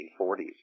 1940s